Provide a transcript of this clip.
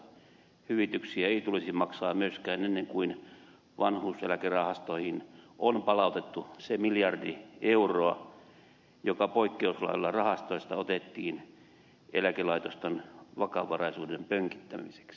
hyvityksiä ei tulisi maksaa myöskään ennen kuin vanhuuseläkerahastoihin on palautettu se miljardia euroa joka poikkeuslailla rahastoista otettiin eläkelaitosten vakavaraisuuden pönkittämiseksi